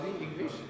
English